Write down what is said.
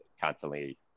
constantly